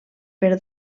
per